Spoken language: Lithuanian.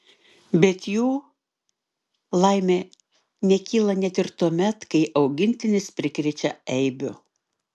bet jų laimė nekyla net ir tuomet kai augintinis prikrečia eibių